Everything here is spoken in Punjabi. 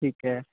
ਠੀਕ ਹੈ